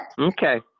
Okay